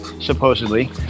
supposedly